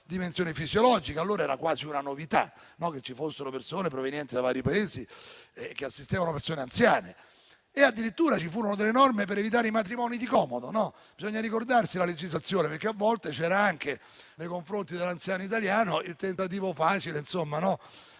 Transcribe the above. dimensione fisiologica; allora era quasi una novità che ci fossero persone, provenienti da vari Paesi, che assistevano le persone anziane. Addirittura ci furono delle norme per evitare i matrimoni di comodo. Bisogna ricordarsi la legislazione, perché a volte, nei confronti dell'anziano italiano, c'era il tentativo facile che